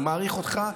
אני מעריך אותך,